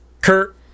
Kurt